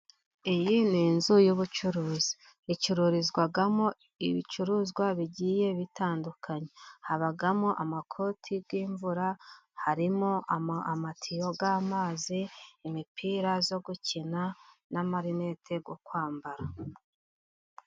Iyi ni inzu y'ubucuruzi icurizwamo ibicuruzwa bigiye bitandukanye :habamo amakoti y'imvura ,harimo amatiyo y'amazi, imipira yo gukina n'amalinete yo kwambara.